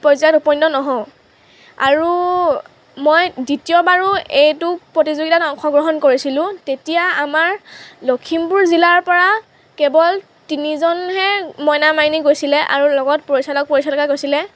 পৰ্যায়ত উপনীত নহওঁ আৰু মই দ্বিতীয়বাৰো এইটো প্ৰতিযোগিতাত অংশগ্ৰহণ কৰিছিলোঁ তেতিয়া আমাৰ লখিমপুৰ জিলাৰ পৰা কেৱল তিনিজনহে মইনা মাইনী গৈছিলে আৰু লগত পৰিচালক পৰিচালিকা গৈছিলে